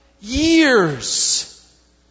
years